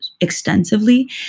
extensively